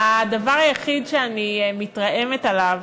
הדבר היחיד שאני מתרעמת עליו,